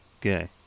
Okay